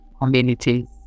communities